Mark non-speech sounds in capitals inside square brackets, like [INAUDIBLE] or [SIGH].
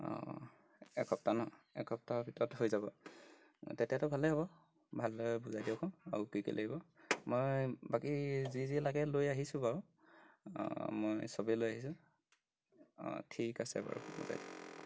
অঁ একসপ্তাহ ন একসপ্তাহৰ ভিতৰত হৈ যাব তেতিয়াতো ভালেই হ'ব ভালদৰে বুজাই দিয়কচোন আৰু কি লাগিব মই বাকী যি যি লাগে লৈ আহিছোঁ বাৰু মই চবেই লৈ আহিছোঁ অঁ ঠিক আছে বাৰু [UNINTELLIGIBLE]